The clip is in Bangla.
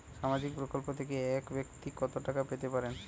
সামাজিক প্রকল্প থেকে এক ব্যাক্তি কত টাকা পেতে পারেন?